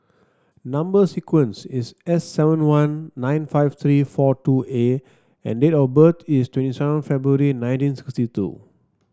number sequence is S seven one nine five three four two A and date of birth is twenty seven February nineteen sixty two